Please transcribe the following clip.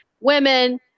Women